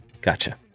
Gotcha